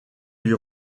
lui